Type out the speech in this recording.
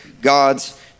God's